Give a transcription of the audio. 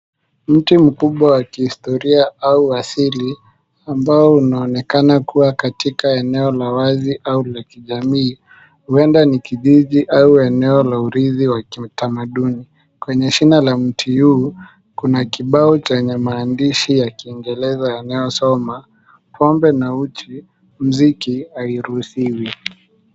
Mti mkubwa wa kihistoria au asili ambao unaonekana kuwa katika eneo la wazi au la jamii, huenda ni kijiji au eneo la urithi wa kiutamaduni. Kwenye shina la mti huu kuna kibao chenye maandishi ya kiingereza yanayosoma, pombe na uchi, mziki hairuhusiwi.